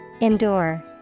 Endure